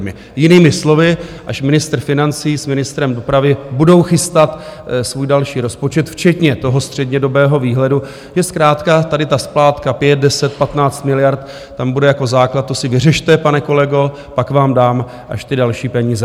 Jinými slovy, až ministr financí s ministrem dopravy budou chystat svůj další rozpočet včetně toho střednědobého výhledu, že zkrátka tady ta splátka 5, 10, 15 miliard tam bude jako základ to si vyřešte, pane kolego, pak vám dám až ty další peníze.